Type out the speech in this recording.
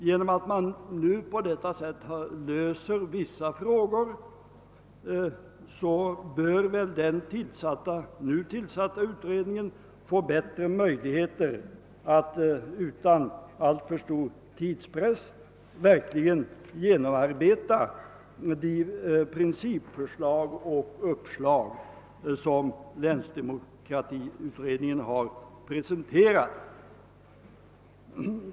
Genom att man på detta sätt löser vissa frågor bör väl den nu tillsatta utredningen få bättre möjligheter att utan alltför stor tidspress verkligen genomarbeta de principförslag och uppslag som länsdemokratiutredningen har presenterat.